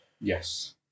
Yes